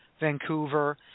Vancouver